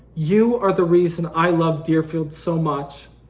you are the reason i love deerfield so much.